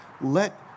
Let